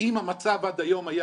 אם המצב עד היום היה